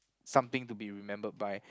something to be remembered by